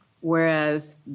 Whereas